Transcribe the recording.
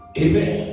Amen